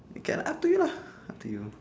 it can up to you lah up to you